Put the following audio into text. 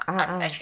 ah ah